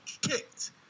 kicked